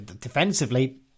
Defensively